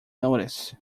notice